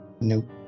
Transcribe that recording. Nope